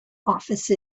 office